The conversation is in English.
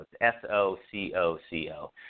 S-O-C-O-C-O